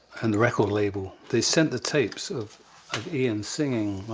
and the record label, they sent the tapes of ian singing,